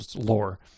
lore